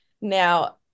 now